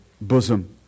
bosom